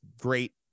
great